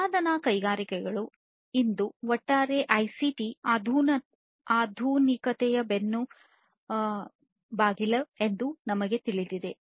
ಉತ್ಪಾದನಾ ಕೈಗಾರಿಕೆಗಳು ಇಂದು ಒಟ್ಟಾರೆ ಐಸಿಟಿ ಆಧುನಿಕತೆಯ ಬೆನ್ನೆಲುಬಾಗಿದೆ ಎಂದು ನಮಗೆ ತಿಳಿದಿದೆ